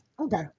Okay